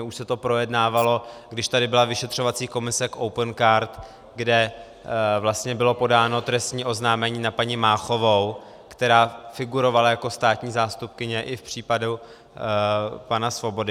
Už se to projednávalo, když tady byla vyšetřovací komise k Opencard, kde vlastně bylo podáno trestní oznámení na paní Máchovou, která figurovala jako státní zástupkyně i v případu pana Svobody.